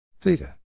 Theta